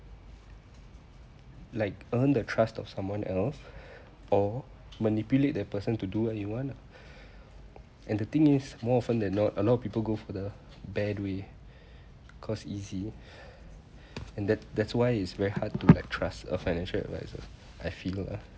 like earn the trust of someone else or manipulate that person to do what you want ah and the thing is more often than not a lot of people go for the bad way because easy and that that's why it's very hard to like trust a financial adviser I feel lah